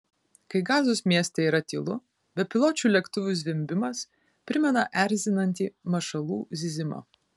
kai gazos mieste yra tylu bepiločių lėktuvų zvimbimas primena erzinantį mašalų zyzimą